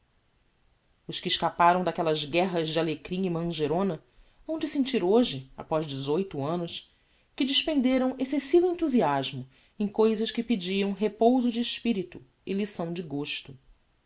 os que escaparam daquellas guerras de alecrim e mangerona hão de sentir hoje após dezoito annos que despenderam excessivo enthusiasmo em cousas que pediam repouso de espirito e lição de gosto